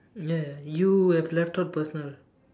ya you have left out personal